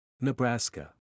Nebraska